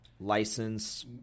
license